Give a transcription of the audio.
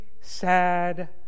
sad